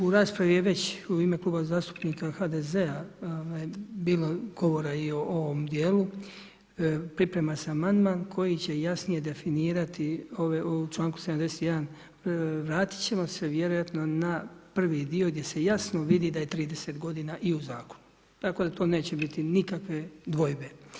U raspravi je već u ime kluba zastupnika HDZ-a bilo govora i o ovom djelu, priprema se amandman koji će jasnije definirati u članku 71., vratit ćemo se vjerojatno na prvi dio gdje se jasno vidi da je 30 godina i u zakupu, tako da tu neće biti nikakve dvojbe.